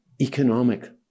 economic